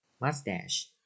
Mustache